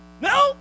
no